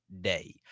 day